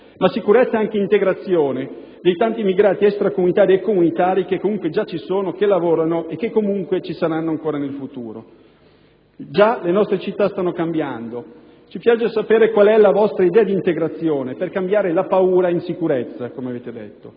ma sicurezza è anche integrazione dei tanti immigrati extracomunitari e comunitari che sono già presenti, che lavorano e che comunque ci saranno ancora in futuro. Già le nostre città stanno cambiando. Ci piacerebbe sapere qual è la vostra idea di integrazione per cambiare la paura in sicurezza, come avete detto.